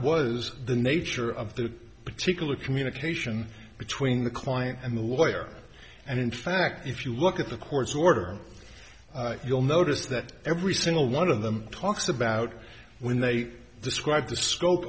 was the nature of the particular communication between the client and the lawyer and in fact if you look at the court's order you'll notice that every single one of them talks about when they describe the scope